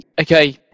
Okay